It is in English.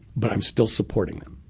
but i'm still supporting them.